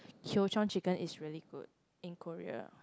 chicken is really good in Korea